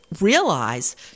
realize